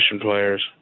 players